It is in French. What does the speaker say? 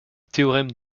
théorème